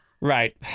right